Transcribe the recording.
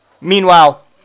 Meanwhile